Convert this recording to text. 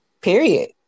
Period